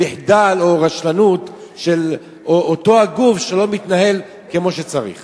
מחדל או רשלנות של אותו הגוף שלא מתנהל כמו שצריך.